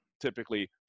typically